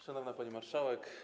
Szanowna Pani Marszałek!